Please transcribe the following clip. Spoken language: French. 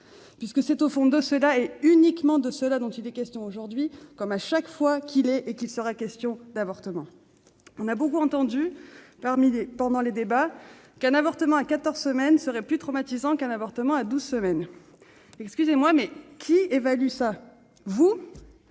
puisque c'est au fond de cela, et uniquement de cela, qu'il est question aujourd'hui, comme à chaque fois qu'il est et qu'il sera question d'avortement. Nous avons beaucoup entendu pendant les débats qu'un avortement à quatorze semaines serait plus traumatisant qu'un avortement à douze semaines. Excusez-moi, mais qui évalue cela ? Vous ?